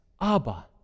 Abba